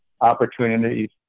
opportunities